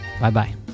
Bye-bye